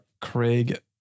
Craig